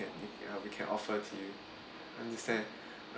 we can offer to you understand